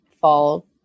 fall